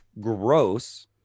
gross